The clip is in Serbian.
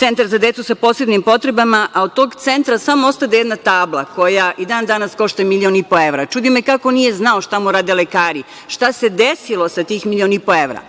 centar za decu sa posebnim potrebama, a od tog centra samo ostade jedna tabla koja i dan danas košta milion i po evra. Čudi me kako nije znao šta mu rade lekari, šta se desilo sa tih milion i po evra.